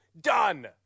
Done